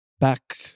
back